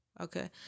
okay